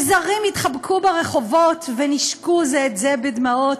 וזרים התחבקו ברחובות ונישקו זה את זה בדמעות".